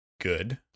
good